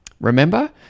Remember